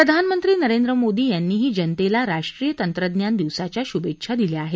प्रधानमंत्री नरेंद्र मोदी यांनीही जनतेला राष्ट्रीय तंत्रज्ञान दिवसाच्या शुभेच्छा दिल्या आहेत